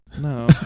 No